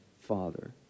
Father